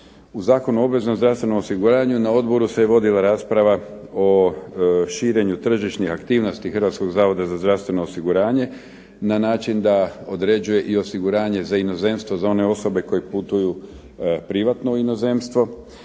U Zakonu o obveznom zdravstvenom osiguranju na Odboru se je vodila rasprava o širenju tržišnih aktivnosti Hrvatskog zavoda za zdravstveno osiguranje na način da određuje i osiguranje za inozemstvo za one osobe koje putuju privatno u inozemstvo,